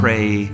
Pray